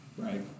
Right